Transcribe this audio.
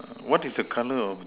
what is the colour of the